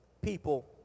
people